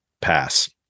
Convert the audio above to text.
Pass